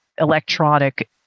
electronic